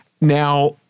Now